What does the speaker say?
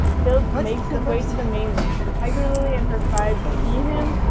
philip makes his way to the mainland and tiger lily and her tribe see him,